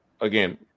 again